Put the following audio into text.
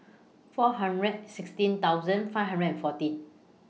four hundred sixteen thousand five hundred and fourteen